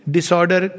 Disorder